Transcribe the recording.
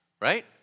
Right